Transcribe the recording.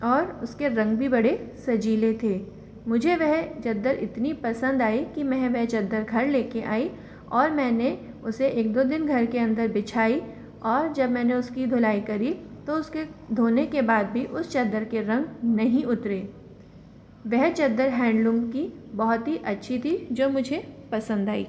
और उसके रंग भी बड़े सजीले थे मुझे वह चद्दर इतनी पसंद आई कि मैं वह चद्दर घर लेके आई और मैंने उसे एक दो दिन घर के अंदर बिछाई और जब मैंने उसकी धुलाई करी तो उसके धोने के बाद भी उस चद्दर के रंग नहीं उतरे वह चद्दर हैंडलूम की बहुत ही अच्छी थी जो मुझे पसंद आई